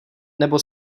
nebo